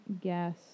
guess